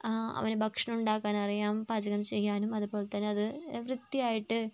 ആ അവന് ഭക്ഷണം ഉണ്ടാക്കാൻ അറിയാം പാചകം ചെയ്യാനും അതുപോലെ തന്നെയത് വൃത്തിയായിട്ട്